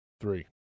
Three